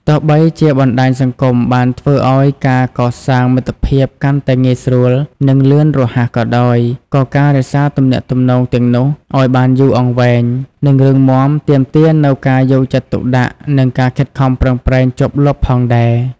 ទោះបីជាបណ្ដាញសង្គមបានធ្វើឲ្យការកសាងមិត្តភាពកាន់តែងាយស្រួល និងលឿនរហ័សក៏ដោយ ក៏ការរក្សាទំនាក់ទំនងទាំងនោះឱ្យបានយូរអង្វែង និងរឹងមាំទាមទារនូវ ការយកចិត្តទុកដាក់ និង ការខិតខំប្រឹងប្រែង ជាប់លាប់ផងដែរ។